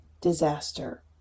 disaster